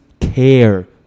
care